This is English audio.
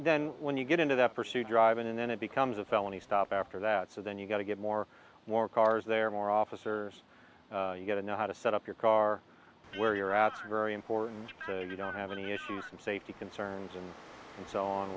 then when you get into that pursuit driving and then it becomes a felony stop after that so then you've got to get more more cars there more officers you got to know how to set up your car where you're at very important to have any issues of safety concerns and so on